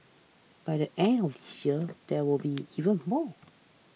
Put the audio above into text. by the end of this year there will be even more